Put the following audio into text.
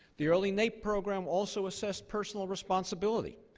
the early naep program also assessed personal responsibility.